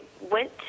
went